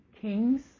kings